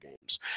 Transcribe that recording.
games